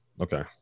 Okay